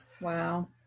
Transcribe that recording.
Wow